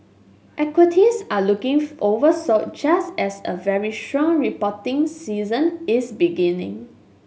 equities are looking oversold just as a very strong reporting season is beginning